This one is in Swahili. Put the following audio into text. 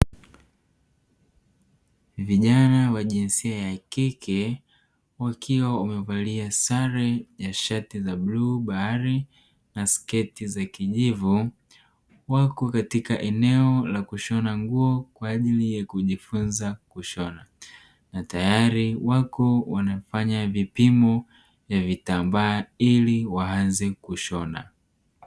Vijana wa jinsia ya kike wakiwa wamevalia sare ya shati za bluu bahari na sketi za kijivu, wako katika eneo la kushona nguo kwaajili ya kujifunza kushona, na tayari wako wanafanya vipimo ya vitambaa ili waanze kushona.